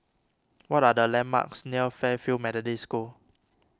what are the landmarks near Fairfield Methodist School